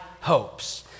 hopes